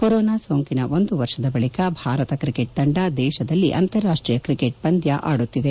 corona ಸೋಂಕಿನ ಒಂದು ವರ್ಷದ ಬಳಕ ಭಾರತ ಕ್ರಿಕೆಟ್ ತಂಡ ದೇಶದಲ್ಲಿ ಅಂತಾರಾಷ್ಟೀಯ ಕ್ರಿಕೆಟ್ ಪಂದ್ಕ ಆಡುತ್ತಿದೆ